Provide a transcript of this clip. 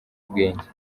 ubwenge